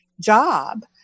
job